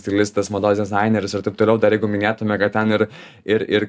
stilistas mados dizaineris ir taip toliau dar jeigu minėtume kad ten ir ir ir